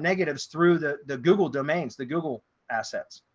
negatives through the the google domains, the google assets,